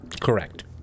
Correct